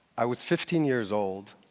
i was fifteen years old.